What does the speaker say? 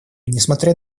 несмотря